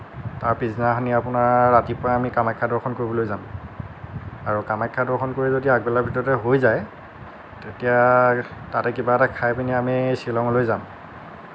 তাৰ পিছদিনাখনি আপোনাৰ ৰাতিপুৱাই আমি কামাখ্যা দৰ্শন কৰিবলৈ যাম আৰু কামাখ্যা দৰ্শন কৰি যদি আগবেলাৰ ভিতৰতে হৈ যায় তেতিয়া তাতে কিবা এটা খাই পিনি আমি শ্বিলঙলৈ যাম